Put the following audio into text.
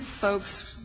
folks